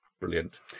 Brilliant